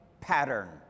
pattern